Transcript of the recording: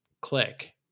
click